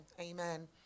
amen